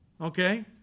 okay